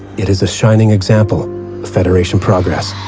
it is a shining example of federation progress.